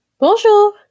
Bonjour